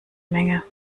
menge